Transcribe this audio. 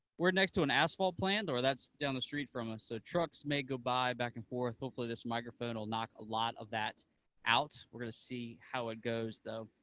we're next to an asphalt plant, or that's down the street from us, so trucks may go by back and forth. hopefully this microphone will knock a lot of that out. we're going to see how it goes, though.